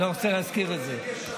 אני לא רוצה להזכיר את זה.